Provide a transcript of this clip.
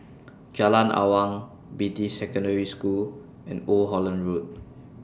Jalan Awang Beatty Secondary School and Old Holland Road